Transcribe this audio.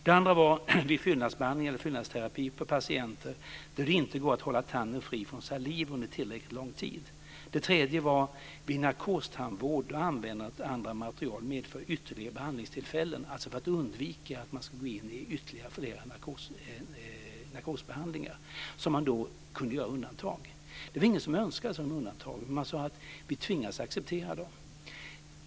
Det andra var vid fyllnadsbehandling eller fyllnadsterapi på patienter där det inte går att hålla tanden fri från saliv under tillräckligt lång tid. Det tredje var vid narkostandvård och användandet av andra material som medför ytterligare behandlingstillfällen, dvs. för att undvika ytterligare narkosbehandlingar. Det var ingen som önskade sådana undantag, men man sade att man tvingades acceptera dem.